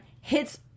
hits